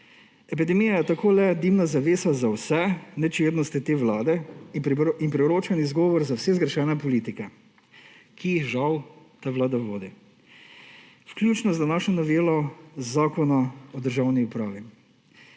Epidemija je tako le dimna zavesa za vse nečednosti te vlade in priročen izgovor za vse zgrešene politike, ki jih žal ta vlada vodi, vključno z današnjo novelo Zakona o državni upravi.